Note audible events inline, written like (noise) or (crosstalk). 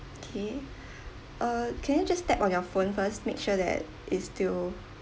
okay (breath) uh can you just tap on your phone first make sure that it's still